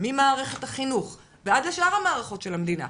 ממערכת החינוך ועד לשאר המערכות של המדינה,